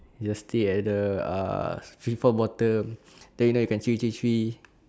you'll stay at the ah free fall bottom then you know you can tree tree tree